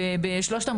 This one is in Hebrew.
אני